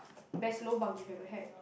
best lobang you've ever had